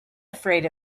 afraid